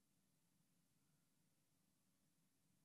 אל